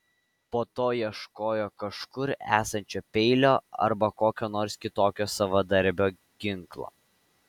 po to ieškojo kažkur esančio peilio arba kokio nors kitokio savadarbio ginklo